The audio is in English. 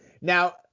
Now